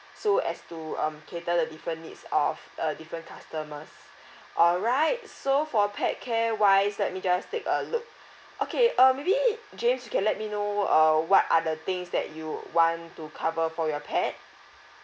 so as to um cater the different needs of uh different customers alright so for pet care wise let me just take a look okay uh maybe james you can let me know uh what are the things that you would want to cover for your pet